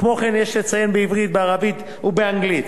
כמו כן, יש לציין בעברית, בערבית ובאנגלית